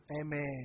Amen